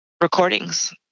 recordings